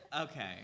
Okay